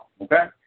okay